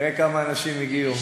תראה כמה אנשים הגיעו.